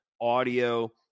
audio